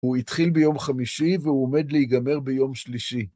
‫הוא התחיל ביום חמישי ‫והוא עומד להיגמר ביום שלישי.